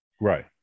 Right